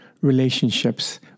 relationships